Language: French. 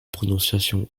prononciation